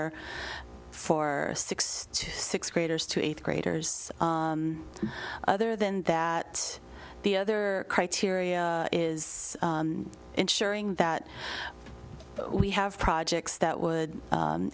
are for six to six graders to eighth graders other than that the other criteria is ensuring that we have projects that